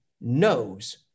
knows